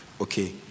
okay